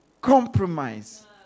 compromise